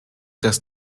das